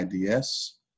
IDS